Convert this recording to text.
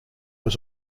was